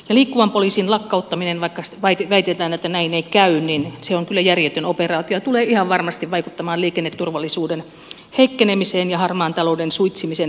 liikkuvan poliisin lakkauttaminen vaikka väitetään että näin ei käy on kyllä järjetön operaatio ja tulee ihan varmasti vaikuttamaan liikenneturvallisuuden heikkenemiseen ja harmaan talouden suitsimisen vähenemiseen